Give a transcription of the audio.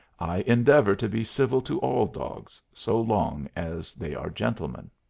i endeavor to be civil to all dogs, so long as they are gentlemen.